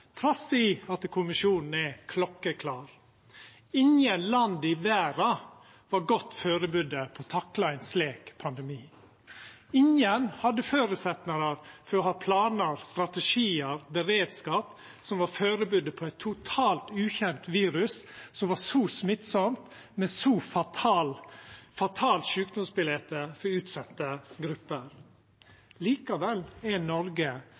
trass i at kommisjonen er klokkeklar: Ingen land i verda var godt førebudde på å takla ein slik pandemi. Ingen hadde føresetnadar for å ha planar, strategiar og beredskap som var førebudde på eit totalt ukjent virus som var så smittsamt, med så fatalt sjukdomsbilete for utsette grupper. Likevel er Noreg